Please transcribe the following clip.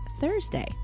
Thursday